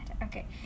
Okay